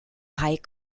high